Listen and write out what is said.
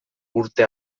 urte